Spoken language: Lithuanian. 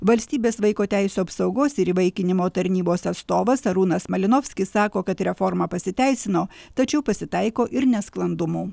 valstybės vaiko teisių apsaugos ir įvaikinimo tarnybos atstovas arūnas malinovskis sako kad reforma pasiteisino tačiau pasitaiko ir nesklandumų